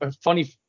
funny